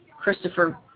Christopher